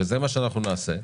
וזה מה שאנחנו נעשה.